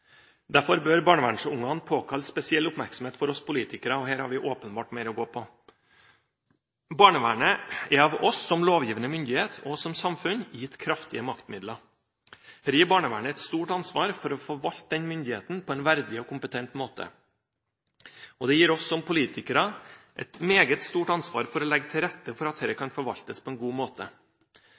Derfor bør barnevernsbarna påkalle spesiell oppmerksomhet fra oss politikere, og her har vi åpenbart mer å gå på. Barnevernet er av oss, som lovgivende myndighet og samfunn, gitt kraftige maktmidler. Dette gir barnevernet et stort ansvar for å forvalte den myndigheten på en verdig og kompetent måte, og det gir oss som politikere et meget stort ansvar for å legge til rette for at dette kan forvaltes på en god måte.